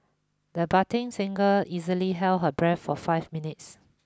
the budding singer easily held her breath for five minutes